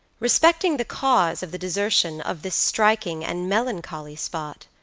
respecting the cause of the desertion of this striking and melancholy spot,